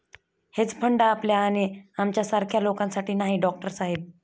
hedge fund आपल्या आणि आमच्यासारख्या लोकांसाठी नाही, डॉक्टर साहेब